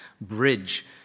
bridge